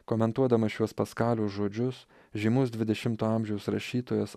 komentuodamas šiuos paskalio žodžius žymus dvidešimto amžiaus rašytojas